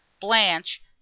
blanche